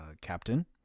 Captain